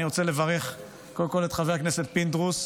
אני רוצה לברך קודם כול את חבר הכנסת פינדרוס,